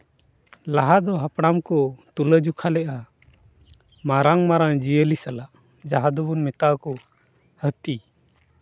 ᱞᱟᱦᱟ ᱫᱚ ᱦᱟᱯᱲᱟᱢ ᱠᱚ ᱛᱩᱞᱟᱹ ᱡᱚᱠᱷᱟ ᱞᱮᱫᱼᱟ ᱢᱟᱨᱟᱝ ᱢᱟᱨᱟᱝ ᱡᱤᱭᱟᱹᱞᱤ ᱥᱟᱞᱟᱜ ᱡᱟᱦᱟᱸ ᱫᱚᱵᱚᱱ ᱢᱮᱛᱟᱣ ᱠᱚ ᱦᱟᱹᱛᱤ